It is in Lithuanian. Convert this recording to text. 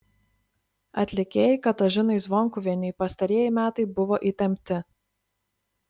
atlikėjai katažinai zvonkuvienei pastarieji metai buvo įtempti